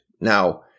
Now